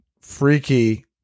freaky